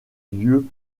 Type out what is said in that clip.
lieux